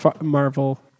Marvel